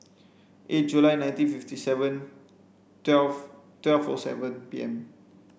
eight July nineteen fifty seven twelve twelve four seven P M